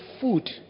food